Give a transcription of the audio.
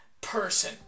person